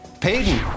Peyton